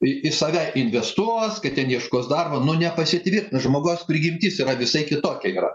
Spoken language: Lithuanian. į į save investuos kad ten ieškos darbo nu nepasitvirtina žmogaus prigimtis yra visai kitokia yra